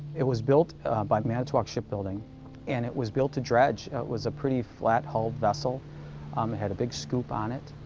it was built by manitowac shipbuilding and it was built to dredge. it was a pretty flat hulled vessel. it um had a big scoop on it.